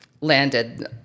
landed